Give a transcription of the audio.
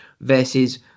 versus